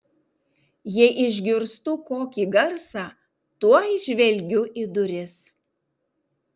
jei išgirstu kokį garsą tuoj žvelgiu į duris